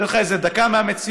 נותן לך איזה דקה מהמציאות,